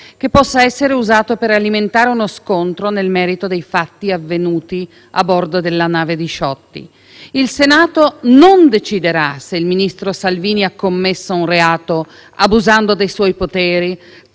Il Senato non deciderà se il ministro Salvini ha commesso un reato abusando dei suoi poteri, trattenendo indebitamente a lungo profughi e marinai del pattugliatore della Guardia costiera;